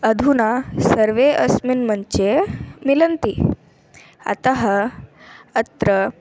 अधुना सर्वे अस्मिन् मञ्चे मिलन्ति अतः अत्र